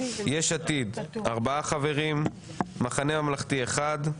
יש עתיד ארבעה חברים, המחנה הממלכתי אחד,